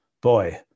Boy